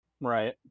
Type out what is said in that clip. Right